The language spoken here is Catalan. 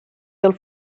del